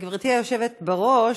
גברתי היושבת בראש,